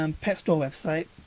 um pet store website.